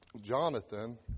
Jonathan